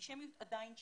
אנטישמיות עדיין שם.